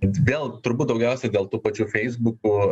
vėl turbūt daugiausiai dėl tų pačių feisbukų